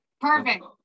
Perfect